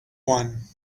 one